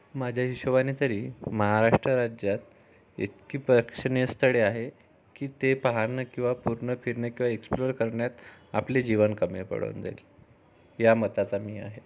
माझ्या हिशोबाने तरी महाराष्ट्र राज्यात इतकी प्रेक्षणीय स्थळे आहे की ते पाहणं किंवा पूर्ण फिरणे किंवा एक्सप्लोर करण्यात आपले जीवन कमी पडून जाईल या मताचा मी आहे